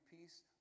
peace